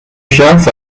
شانس